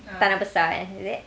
tanah besar kan is it